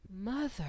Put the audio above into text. Mother